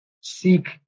seek